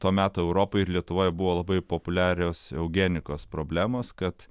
to meto europoj ir lietuvoje buvo labai populiarios eugenikos problemos kad